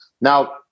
Now